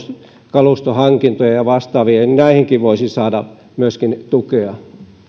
kalustohankintoja ja vastaavia näihinkin voisi saada tukea